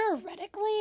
Theoretically